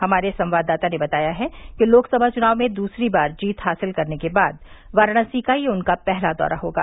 हमारे संवाददाता ने बताया है कि लोकसभा चुनाव में दूसरी बार जीत हासिल करने के बाद वाराणसी का ये उनका पहला दौरा होगा